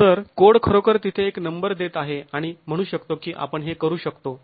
तर कोड खरोखर तिथे एक नंबर देत आहे आणि म्हणू शकतो की आपण हे करू शकतो